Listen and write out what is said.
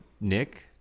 Nick